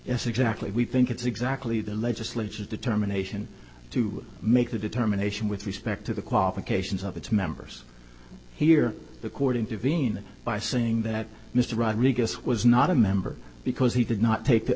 yes exactly we think it's exactly the legislature's determination to make the determination with respect to the qualifications of its members here the court intervene by saying that mr rodriguez was not a member because he did not take the